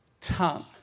tongue